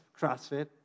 CrossFit